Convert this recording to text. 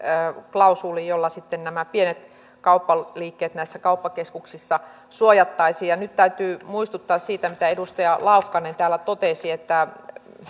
klausuulin jolla sitten nämä pienet kauppaliikkeet näissä kauppakeskuksissa suojattaisiin ja nyt täytyy muistuttaa siitä mitä edustaja laukkanen täällä totesi että